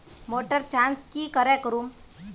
Motor चास की करे करूम?